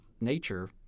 nature